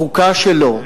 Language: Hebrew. החוקה שלו,